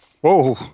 Whoa